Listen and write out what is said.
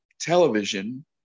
television